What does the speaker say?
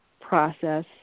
process